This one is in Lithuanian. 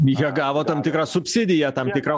jie gavo tam tikrą subsidiją tam tikrą